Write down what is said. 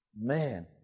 man